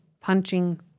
punching